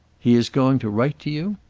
he is going to write to you?